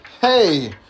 hey